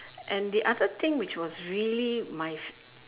and the other thing which was really my